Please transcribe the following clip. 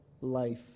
life